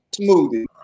smoothie